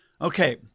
Okay